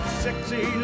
sexy